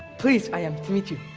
pleased i am to meet you.